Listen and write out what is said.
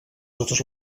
totes